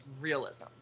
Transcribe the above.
realism